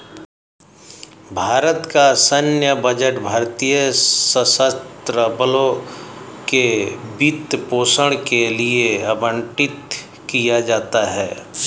भारत का सैन्य बजट भारतीय सशस्त्र बलों के वित्त पोषण के लिए आवंटित किया जाता है